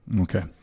Okay